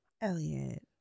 Elliot